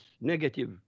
negative